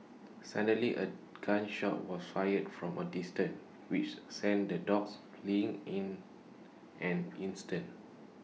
suddenly A gun shot was fired from A distance which sent the dogs fleeing in an instant